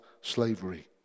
slavery